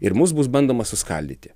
ir mus bus bandoma suskaldyti